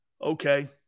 Okay